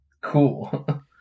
cool